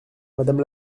madame